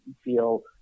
feel